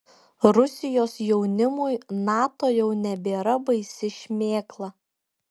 rusijos jaunimui nato jau nebėra baisi šmėkla